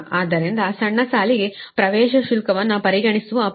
ಆದ್ದರಿಂದ ಸಣ್ಣ ಸಾಲಿಗೆ ಪ್ರವೇಶ ಶುಲ್ಕವನ್ನು ಪರಿಗಣಿಸುವ ಪ್ರಶ್ನೆಯೇ ಇಲ್ಲ